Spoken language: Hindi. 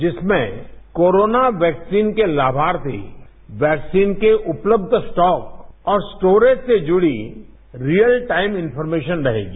जिसमें कोरोना वैक्सीन के लाभार्थी वैक्सीन के उपलब्ध स्टॉक और स्टोरेज से जुड़ी रियल टाइम इनफॉरमेशन रहेगी